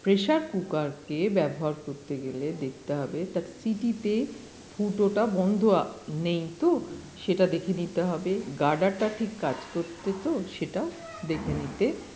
pressure কুকারকে ব্যবহার করতে গেলে দেখতে হবে তার সিটিতে ফুটোটা বন্ধ নেই তো সেটা দেখে নিতে হবে গার্ডারটা ঠিক কাজ করছে তো সেটাও দেখে নিতে